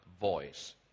voice